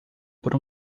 por